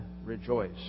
Rejoice